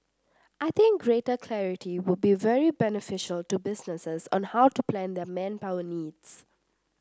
I think greater clarity would be very beneficial to businesses on how to plan their manpower needs